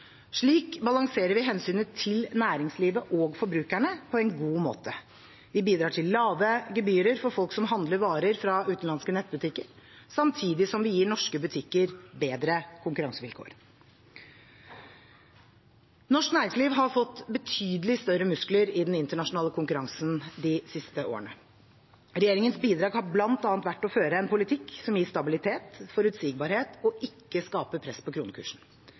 Slik balanserer vi hensynet til næringslivet og forbrukerne på en god måte. Vi bidrar til lave gebyrer for folk som handler varer fra utenlandske nettbutikker, samtidig som vi gir norske butikker bedre konkurransevilkår. Norsk næringsliv har fått betydelig større muskler i den internasjonale konkurransen de siste årene. Regjeringens bidrag har bl.a. vært å føre en politikk som gir stabilitet, forutsigbarhet og ikke skaper press på kronekursen.